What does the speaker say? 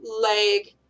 leg